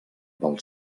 pel